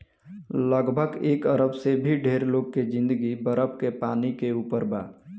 लगभग एक अरब से भी ढेर लोग के जिंदगी बरफ के पानी के ऊपर बा